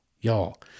Y'all